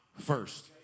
first